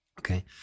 okay